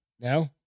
No